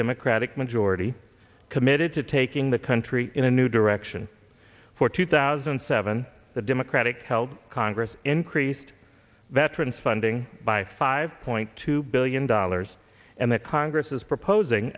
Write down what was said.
democratic majority committed to taking the country in a new direction for two thousand and seven the democratic congress increased veterans funding by five point two billion dollars and that congress is proposing